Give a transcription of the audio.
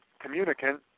communicant